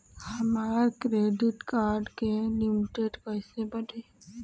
हमार credit card के limit कइसे बढ़ी?